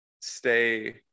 stay